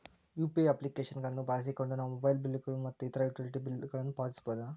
UPI application ಗಳನ್ನು ಬಳಸಿಕೊಂಡು ನಾವು ಮೊಬೈಲ್ ಬಿಲ್ ಗಳು ಮತ್ತು ಇತರ ಯುಟಿಲಿಟಿ ಬಿಲ್ ಗಳನ್ನು ಪಾವತಿಸಬಹುದು